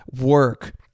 work